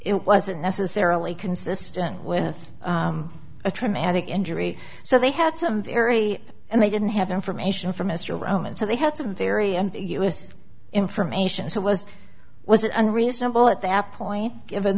it wasn't necessarily consistent with a traumatic injury so they had some very and they didn't have information from mr roman so they had some very ambiguous information so was was it unreasonable at the at point